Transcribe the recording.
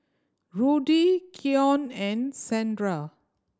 Rudy Keion and Shandra